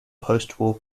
postwar